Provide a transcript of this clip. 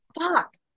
Fuck